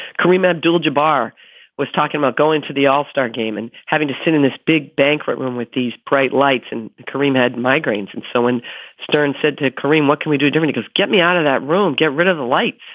kareem abdul-jabbar was talking about go into the all-star game and having to sit in this big banquet room with these bright lights. and kareem had migraines. and so when stern said to kareem, what can we do? because get me out of that room, get rid of the lights,